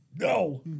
No